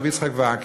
ר' יצחק וקנין,